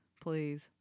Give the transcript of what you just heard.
Please